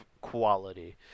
quality